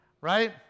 right